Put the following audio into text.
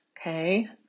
okay